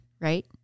right